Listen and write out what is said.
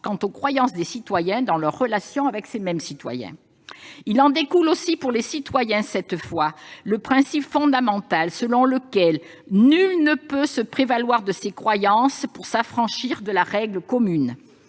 l'égard des croyances des citoyens dans leurs relations avec ces mêmes citoyens. Il en découle aussi, pour les citoyens cette fois, le principe fondamental selon lequel nul ne peut se prévaloir de ses croyances pour s'affranchir de la règle commune.